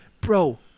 Bro